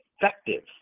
effective